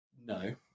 No